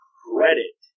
credit